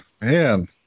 man